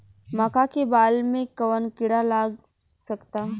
मका के बाल में कवन किड़ा लाग सकता?